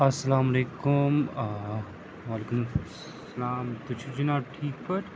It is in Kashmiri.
اَسلام علیکُم وعلیکُم سلام تُہۍ چھُو جِناب ٹھیٖک پٲٹھۍ